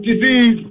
disease